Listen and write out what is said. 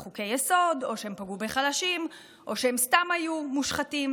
לחוקי-היסוד או שהם פגעו בחלשים או שהם סתם היו מושחתים.